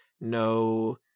No